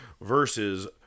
versus